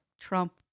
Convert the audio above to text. Trump